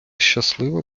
щаслива